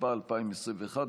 התשפ"א 2021,